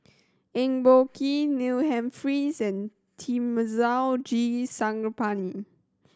Eng Boh Kee Neil Humphreys and Thamizhavel G Sarangapani